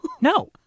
No